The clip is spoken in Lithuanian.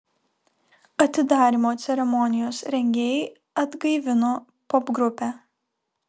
atidarymo ceremonijos rengėjai atgaivino popgrupę